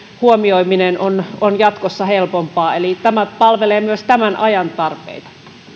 huomioiminen on on jatkossa helpompaa eli tämä palvelee myös tämän ajan tarpeita